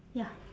ya